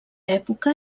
època